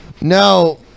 no